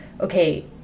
okay